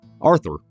Arthur